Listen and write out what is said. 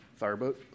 fireboat